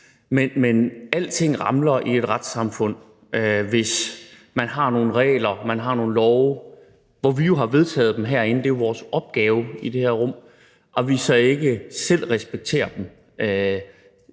Men alting ramler i et retssamfund, hvis man har nogle regler, nogle love, som vi jo har vedtaget herinde – det er jo vores opgave i det her rum – og vi så ikke selv respekterer dem.